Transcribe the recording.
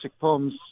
poems